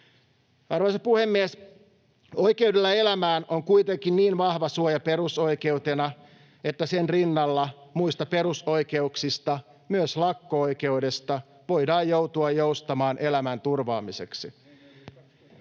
Arvoisa puhemies! Oikeudella elämään on kuitenkin niin vahva suoja perusoikeutena, että sen rinnalla muista perusoikeuksista, myös lakko-oikeudesta, voidaan joutua joustamaan elämän turvaamiseksi.